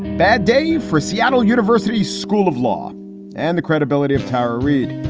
bad day for seattle university school of law and the credibility of tara reid,